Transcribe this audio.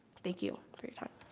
thank you for your time.